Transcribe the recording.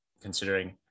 considering